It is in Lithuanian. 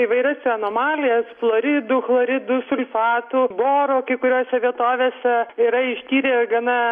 įvairias anomalijas fluoridų chloridų sulfatų boro kai kuriose vietovėse yra ištyrę gana